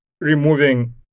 removing